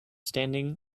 standing